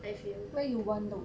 as in